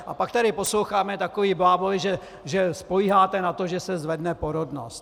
A pak tady posloucháme takové bláboly, že spoléháte na to, že se zvedne porodnost.